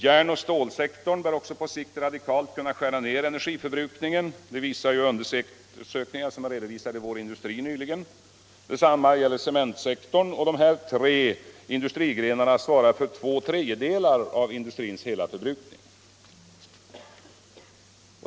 Järnoch stålsektorn bör också på sikt radikalt kunna skära ner energiförbrukningen — det visar undersökningar som har redovisats i Vår industri nyligen. Detsamma gäller cementsektorn. De här tre industrigrenarna svarar för två tredjedelar av industrins hela förbrukning.